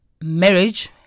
marriage